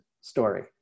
story